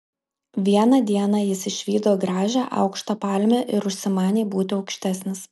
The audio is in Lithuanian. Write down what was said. vieną dieną jis išvydo gražią aukštą palmę ir užsimanė būti aukštesnis